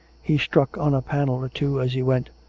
he struck on a panel or two as he went,